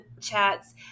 chats